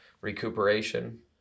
recuperation